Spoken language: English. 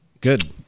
good